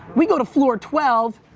we go to floor twelve,